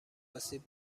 آسیب